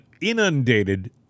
inundated